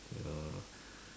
uh